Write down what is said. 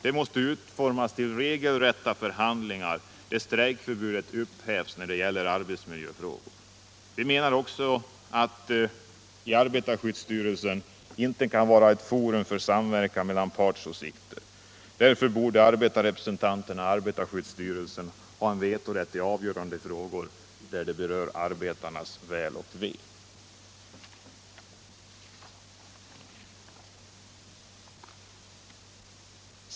Det måste ske regelrätta förhandlingar genom vilka strejkförbudet upphävs när det gäller arbetsmiljöfrågor. Vi i vpk anser också att arbetarskyddsstyrelsen inte kan vara ett forum för samverkan mellan partsåsikter. Därför borde arbetarrepresentanterna i arbetarskyddsstyrelsen ha vetorätt i avgörande frågor som berör arbetarnas väl och ve.